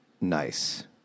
nice